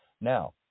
Now